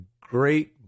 great